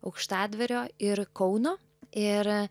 aukštadvario ir kauno ir